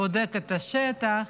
בודק את השטח.